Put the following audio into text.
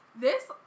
This-